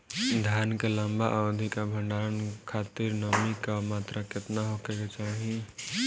धान के लंबा अवधि क भंडारण खातिर नमी क मात्रा केतना होके के चाही?